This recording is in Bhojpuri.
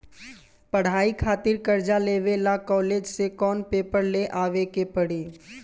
पढ़ाई खातिर कर्जा लेवे ला कॉलेज से कौन पेपर ले आवे के पड़ी?